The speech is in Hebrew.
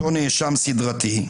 אותו נאשם סידרתי,